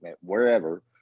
wherever